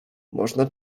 można